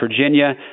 Virginia